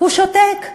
הוא שותק.